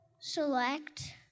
select